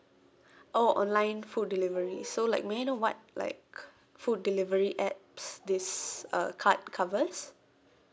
oh online food delivery so like may I know what like food delivery apps this uh card covers